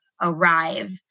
arrive